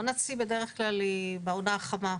עונת שיא היא בדרך כלל בעונה החמה.